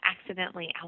accidentally